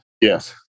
Yes